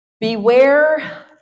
Beware